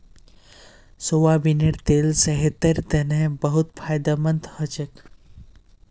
सोयाबीनेर तेल सेहतेर तने बहुत फायदामंद हछेक